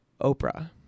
Oprah